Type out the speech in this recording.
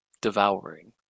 devouring